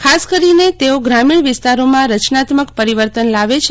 ખાસ કરીને તેઓ ગ્રામીણ વિસ્તાનેમાં રચનાત્મક પરિવર્તન લાવે છે